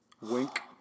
Wink